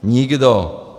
Nikdo!